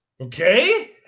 okay